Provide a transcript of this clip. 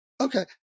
Okay